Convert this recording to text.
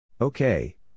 okay